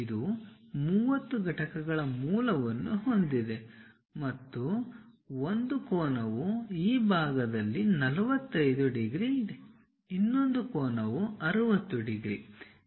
ಇದು 30 ಘಟಕಗಳ ಮೂಲವನ್ನು ಹೊಂದಿದೆ ಮತ್ತು ಒಂದು ಕೋನವು ಈ ಭಾಗದಲ್ಲಿ 45 ಡಿಗ್ರಿ ಇನ್ನೊಂದು ಕೋನವು 60 ಡಿಗ್ರಿ